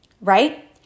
right